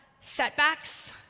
setbacks